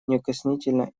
неукоснительно